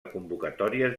convocatòries